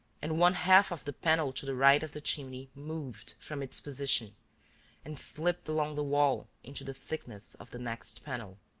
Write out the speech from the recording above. and one-half of the panel to the right of the chimney moved from its position and slipped along the wall into the thickness of the next panel.